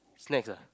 snacks ah